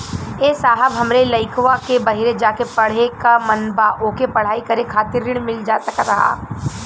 ए साहब हमरे लईकवा के बहरे जाके पढ़े क मन बा ओके पढ़ाई करे खातिर ऋण मिल जा सकत ह?